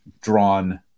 drawn